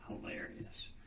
hilarious